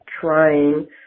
trying